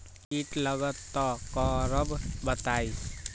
कीट लगत त क करब बताई?